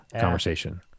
conversation